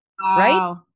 right